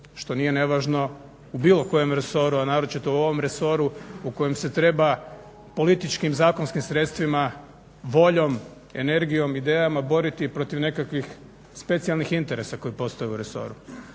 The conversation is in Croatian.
što nije nevažno u bilo kojem resoru a naročito u ovom resoru u kojem se treba političkim zakonskim sredstvima, voljom, energijom, idejama boriti protiv nekakvih specijalnih interesa koji postoje u resoru.